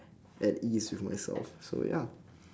at ease with myself so ya